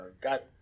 got